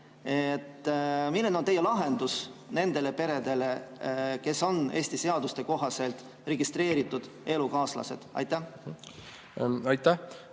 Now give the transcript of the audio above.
Milline on teie lahendus nendele peredele, kes on Eesti seaduste kohaselt registreeritud elukaaslased? Aitäh!